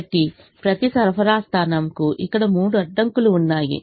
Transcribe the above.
కాబట్టి ప్రతి సరఫరా స్థానంకు ఇక్కడ మూడు అడ్డంకులు ఉన్నాయి